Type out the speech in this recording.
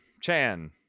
Chan